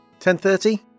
10.30